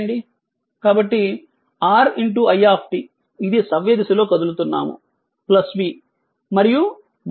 కాబట్టి Ri ఇది సవ్యదిశలో కదులుతున్నాము v మరియు Vs